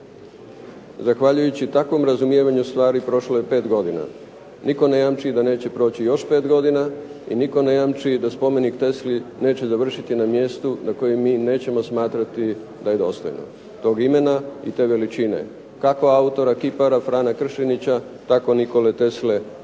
Zahvaljujući takvom razumijevanju stvari prošlo je pet godina. Nitko ne jamči da neće proći još pet godina i nitko ne jamči da spomenik Tesli neće završiti na mjestu na kojem mi nećemo smatrati da je dostojno tog imena i te veličine kako autora, kipara Frana Kršenića tako Nikole Tesle